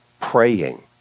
praying